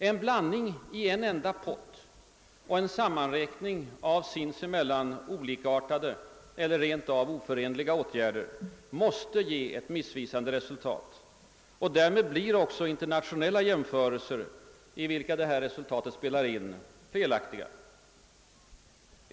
En blandning i en enda pott och en sammanräkning av sinsemellan olikartade eller rent av oförenliga åtgärder måste ge ett missvisande resultat, och därmed blir också internationella jämförelser, i vilka detta resultat spelar in, felaktiga.